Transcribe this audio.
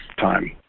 time